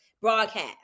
broadcast